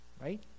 right